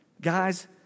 Guys